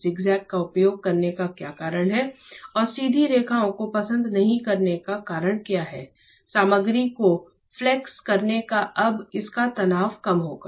zigzag का उपयोग करने का क्या कारण है और सीधी रेखाओं को पसंद नहीं करने का कारण यह है कि सामग्री को फ्लेक्स करने पर अब इसका तनाव कम होगा